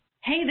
Hey